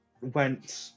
went